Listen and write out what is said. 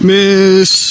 Miss